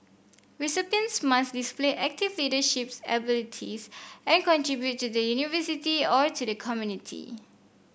recipients must display active leaderships abilities and contribute to the University or to the community